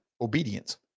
obedience